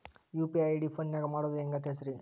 UPI ID ಫೋನಿನಾಗ ಮಾಡೋದು ಹೆಂಗ ತಿಳಿಸ್ರಿ?